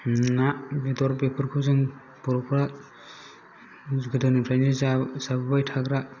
ना बेदर बेफोरखौ जों बर'फ्रा गोदोनिफ्रायनो जाबोबाय थाग्रा